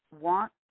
want